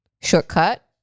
Shortcut